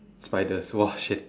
spiders !wah! shit